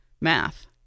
math